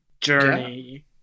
journey